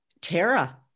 Tara